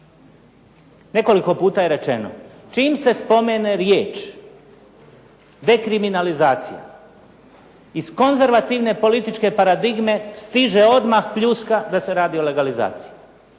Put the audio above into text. Nekoliko puta je rečeno. Čim se spomene riječ dekriminalizacija iz konzervativne političke paradigme stiže odmah pljuska da se radi o legalizaciji.